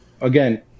again